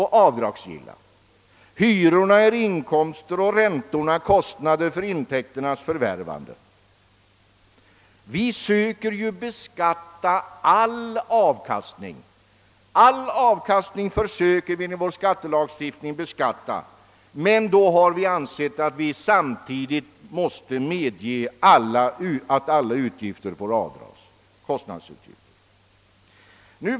Hyrorna tas upp som inkomst, och räntorna betraktas som kostnader för intäkternas förvärvande och är avdragsgilla. Vi söker ju genom vår skattelagstiftning beskatta all avkastning, men då får samtidigt alla kostnader avdras.